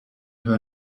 her